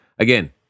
Again